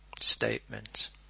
statements